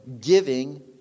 giving